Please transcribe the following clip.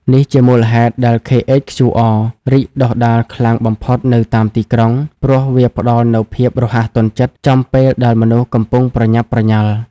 នេះជាមូលហេតុដែល KHQR រីកដុះដាលខ្លាំងបំផុតនៅតាមទីក្រុង ព្រោះវាផ្ដល់នូវភាពរហ័សទាន់ចិត្តចំពេលដែលមនុស្សកំពុងប្រញាប់ប្រញាល់។